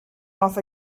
off